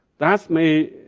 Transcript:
that may